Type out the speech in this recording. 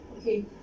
Okay